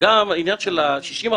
ששש,